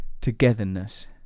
togetherness